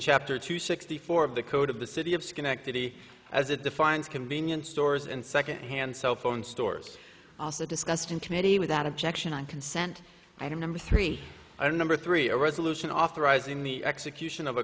chapter two sixty four of the code of the city of schenectady as it defines convenience stores and secondhand cellphone stores also discussed in committee without objection on consent i remember three the number three a resolution authorizing the execution of a